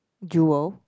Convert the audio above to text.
Jewel